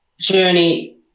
journey